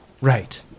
right